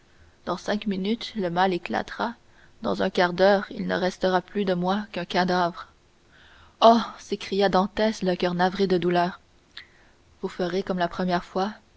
dans cinq minutes le mal éclatera dans un quart d'heure il ne restera plus de moi qu'un cadavre oh s'écria dantès le coeur navré de douleur vous ferez comme la première fois